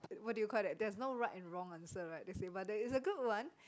what do you call that there is no right and wrong answer right but that is a good one